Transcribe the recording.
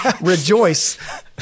Rejoice